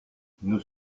nous